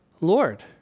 Lord